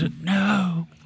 No